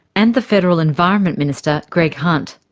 and the federal environment minister greg hunt.